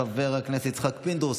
חבר הכנסת יצחק פינדרוס,